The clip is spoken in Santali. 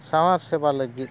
ᱥᱟᱶᱟᱨ ᱥᱮᱵᱟ ᱞᱟᱹᱜᱤᱫ